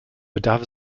bedarf